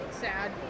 Sad